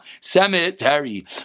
cemetery